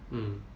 mm